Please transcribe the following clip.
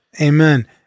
amen